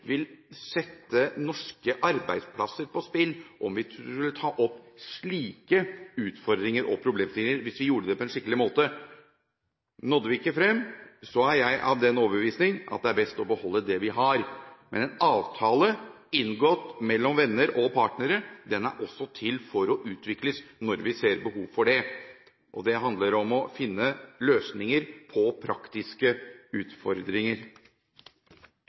vil heller ikke tro, at det ville sette norske arbeidsplasser på spill om vi skulle ta opp slike utfordringer og problemstillinger – hvis vi gjorde det på en skikkelig måte. Nådde vi ikke frem, er jeg av den overbevisning at det er best å beholde det vi har. Men en avtale inngått mellom venner og partnere, er også til for å utvikles når vi ser behov for det. Det handler om å finne løsninger på praktiske utfordringer.